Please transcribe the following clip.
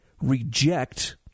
reject